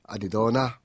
Adidona